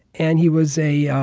and he was a